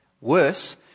Worse